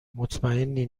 مطمئنی